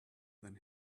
than